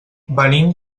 venim